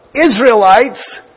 Israelites